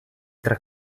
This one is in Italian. tra